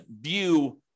view